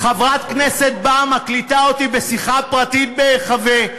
חברת כנסת באה ומקליטה אותי בשיחה פרטית בהיחבא,